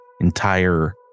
entire